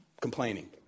complaining